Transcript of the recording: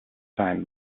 time